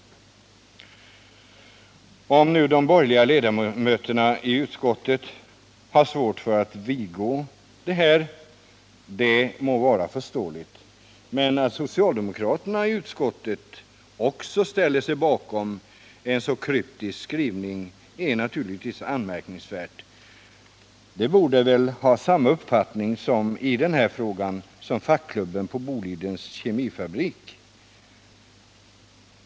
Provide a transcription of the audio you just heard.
Det må vara förståeligt om de borgerliga ledamöterna i utskottet har svårt att vidgå detta, men att socialdemokraterna i utskottet ställer sig bakom en sådan kryptisk skrivning är naturligtvis anmärkningsvärt. De borde väl ha samma uppfattning i denna fråga som fackklubben på Bolidens kemifabrik.